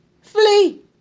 flee